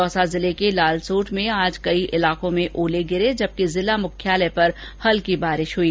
दौसा जिलो के लालसोट में आज शाम ओले गिरे जबकि जिला मुख्यालय पर हल्की बारिश हई